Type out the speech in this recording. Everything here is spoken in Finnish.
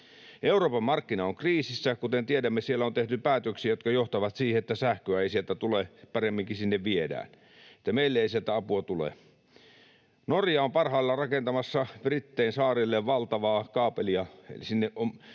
Euroopan markkina on kriisissä, kuten tiedämme. Siellä on tehty päätöksiä, jotka johtavat siihen, että sähköä ei sieltä tule — paremminkin sinne viedään, meille ei sieltä apua tule. Norja on parhaillaan rakentamassa Brittein saarille valtavaa kaapelia. Sinne on